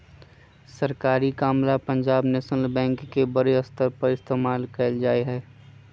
सरकारी काम ला पंजाब नैशनल बैंक के बडे स्तर पर इस्तेमाल कइल जा हई